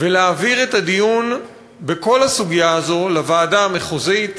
ולהעביר את הדיון בכל הסוגיה הזאת לוועדה המחוזית.